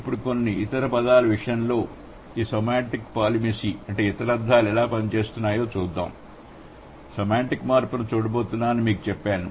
ఇప్పుడు కొన్ని ఇతర పదాల విషయంలో ఈ సెమాంటిక్ పాలిసెమి ఇతర అర్ధాలు ఎలా పనిచేస్తుందో చూద్దాం మరియు మేము సెమాంటిక్ మార్పును చూడబోతున్నామని నేను మీకు చెప్పాను